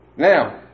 Now